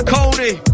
Cody